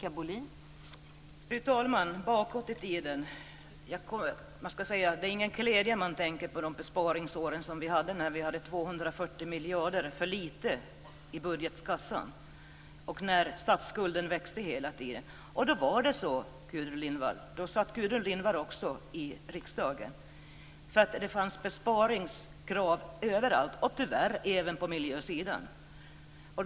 Fru talman! Det är inte med någon glädje man tänker på de besparingsår som vi hade när vi hade 240 miljarder för lite i statskassan och statsskulden växte hela tiden. Då satt också Gudrun Lindvall i riksdagen. Det fanns då besparingskrav på alla områden, och tyvärr även på miljösidan.